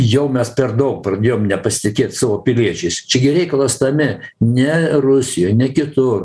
jau mes per daug pradėjom nepasitikėti savo piliečiais čia gi reikalas tame ne rusijoj ne kitur